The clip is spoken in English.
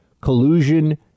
collusion